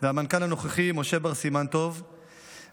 והמנכ"ל הנוכחי משה בר סימן טוב ועדה